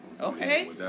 Okay